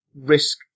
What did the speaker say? risk